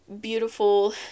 beautiful